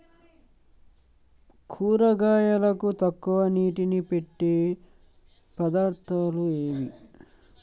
కూరగాయలకు తక్కువ నీటిని పెట్టే పద్దతులు ఏవి?